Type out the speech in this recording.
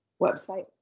website